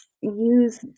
use